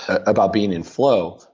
ah about being in flow.